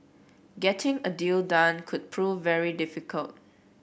getting a deal done could prove very difficult